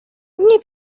nie